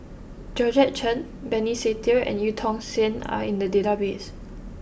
Georgette Chen Benny Se Teo and Eu Tong Sen are in the database